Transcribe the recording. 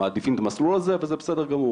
מעדיפים את המסלול הזה וזה בסדר גמור.